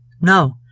No